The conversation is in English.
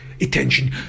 attention